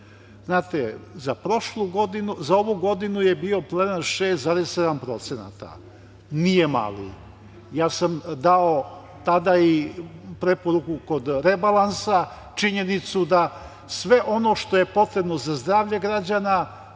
Znate, za ovu godinu je bio planiran 6,7%. Nije mali. Ja sam dao tada i preporuku kod rebalansa, činjenicu da sve ono što je potrebno za zdravlje građana,